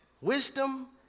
Wisdom